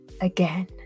again